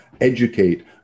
educate